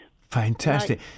Fantastic